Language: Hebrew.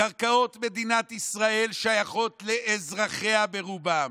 קרקעות מדינת ישראל שייכות לאזרחיה ברובן.